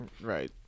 right